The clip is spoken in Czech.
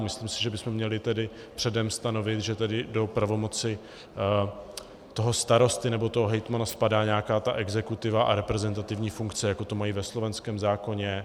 Myslím si, že bychom měli tedy předem stanovit, že tedy do pravomoci toho starosty nebo hejtmana spadá nějaká ta exekutiva a reprezentativní funkce, jako to mají ve slovenském zákoně.